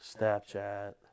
Snapchat